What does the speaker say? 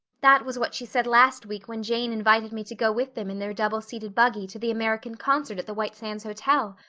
that was what she said last week when jane invited me to go with them in their double-seated buggy to the american concert at the white sands hotel.